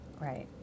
right